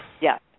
Yes